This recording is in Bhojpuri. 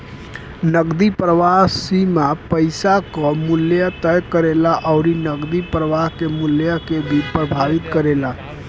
नगदी प्रवाह सीमा पईसा कअ मूल्य तय करेला अउरी नगदी प्रवाह के मूल्य के भी प्रभावित करेला